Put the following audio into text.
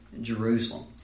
Jerusalem